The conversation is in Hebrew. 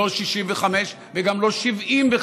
לא 65 וגם לא 75,